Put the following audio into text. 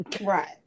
Right